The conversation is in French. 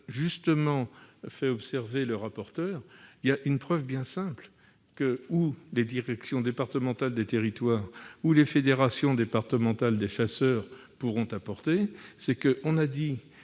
justement fait observer M. le rapporteur, il existe une preuve très simple que les directions départementales des territoires ou les fédérations départementales des chasseurs pourront apporter. En effet,